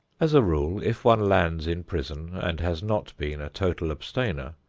as a rule if one lands in prison and has not been a total abstainer,